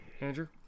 Andrew